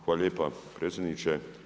Hvala lijepa predsjedniče.